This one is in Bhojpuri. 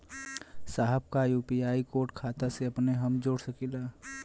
साहब का यू.पी.आई कोड खाता से अपने हम जोड़ सकेला?